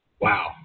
Wow